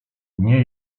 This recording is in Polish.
nie